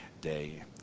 day